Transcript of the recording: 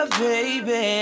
baby